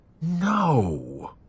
No